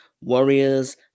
warriors